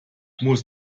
muss